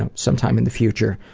um some time in the future'.